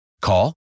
Call